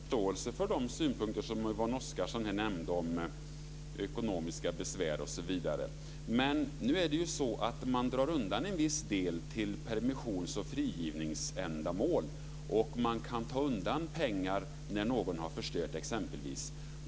Fru talman! Jag har full förståelse för de synpunkter som Yvonne Oscarsson här nämnde om ekonomiska besvär, osv. Men nu är det så att man drar undan en viss del till permissions och frigivningsändamål, och man kan ta undan pengar exempelvis när någon har förstört.